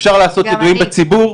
אפשר לעשות ידועים בציבור,